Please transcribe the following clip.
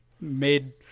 made